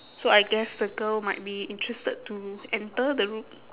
so I guess the girl might be interested to enter the room